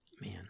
Man